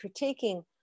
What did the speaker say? critiquing